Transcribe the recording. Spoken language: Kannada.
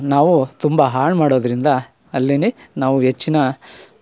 ನಾವು ತುಂಬ ಹಾಳು ಮಾಡೋದರಿಂದ ಅಲ್ಲಿ ನಾವು ಹೆಚ್ಚಿನ